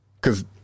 Cause